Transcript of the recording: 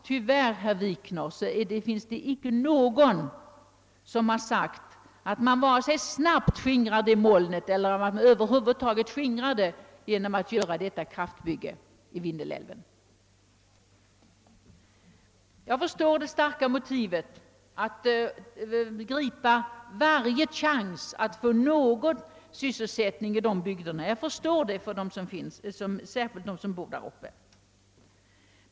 Tyvärr, herr Wikner, finns det icke någon som vågar påstå att man snabbt sking rar det molnet eller över huvud taget skingrar det genom en utbyggnad av Vindelälven. Jag förstår det motivet för att gripa varje chans att över huvud taget få någon sysselsättning i dessa bygder. Jag förstår att särskilt de, som bor där uppe, känner detta mycket starkt.